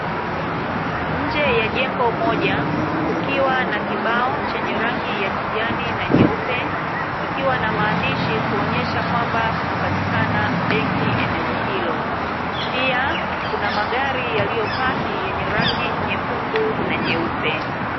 Nje ya jengo moja, kukiwa na kibao chenye rangi ya kijani na nyeupe, kikiwa na maandishi kuonyesha kwamba kunapatikana benki eneo hilo. Pia magari yaliyopaki yenye rangi nyekundu na nyeupe.